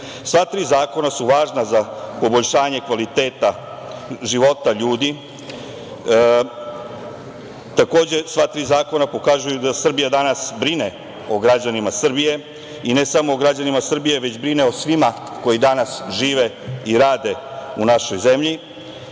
tri zakona su važna za poboljšanje kvaliteta života ljudi. Takođe, sva tri zakona pokazuju da Srbija danas brine o građanima Srbije, i ne samo o građanima Srbije, već brine o svima koji danas žive i rade u našoj zemlji.